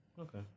Okay